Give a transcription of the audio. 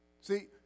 See